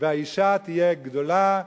והאשה תהיה גדולה.